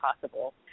possible